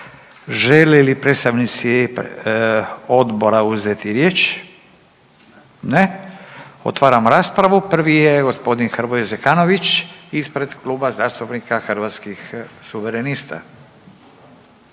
Žele li predstavnici odbora uzeti riječ? Ne. Otvaram raspravu. Prvi je gospodin Hrvoje Zekanović ispred Kluba zastupnika Hrvatskih suverenistva.